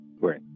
Right